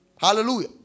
Hallelujah